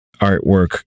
artwork